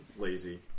lazy